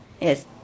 Yes